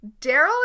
Daryl